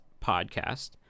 podcast